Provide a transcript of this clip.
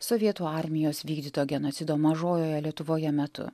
sovietų armijos vykdyto genocido mažojoje lietuvoje metu